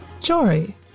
Jory